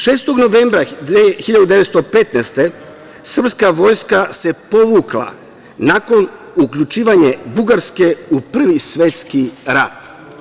Šestog novembra 1915. godine srpska vojska se povukla nakon uključivanja Bugarske u Prvi svetski rat.